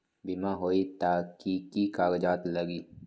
बिमा होई त कि की कागज़ात लगी?